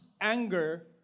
anger